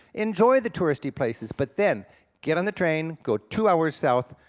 enjoy the touristy places, but then get on the train, go two hours south,